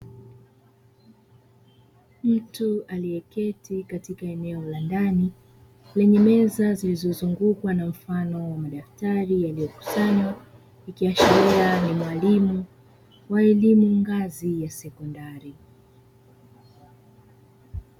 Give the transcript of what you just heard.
Mtu aliyeketi katika eneo la ndani lenye meza zilizozungukwa na mfano wa madaftari yaliyokusanywa, ikiashiria ni mwalimu wa elimu ngazi ya sekondari.